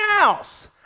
else